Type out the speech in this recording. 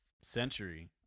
century